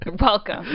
Welcome